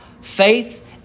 Faith